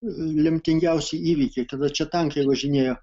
lemtingiausi įvykiai kada čia tankai važinėja